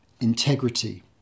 integrity